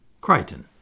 Crichton